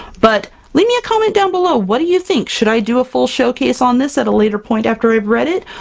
but leave me a comment down below! what do you think? should i do a full showcase on this at a later point after i've read it?